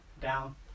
down